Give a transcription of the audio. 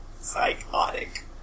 psychotic